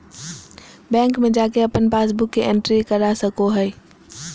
bank में जाके अपन पासबुक के एंट्री करा सको हइ